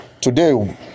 Today